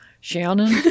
Shannon